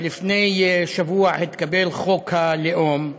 ולפני שבוע התקבל חוק הלאום,